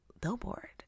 billboard